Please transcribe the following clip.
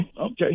okay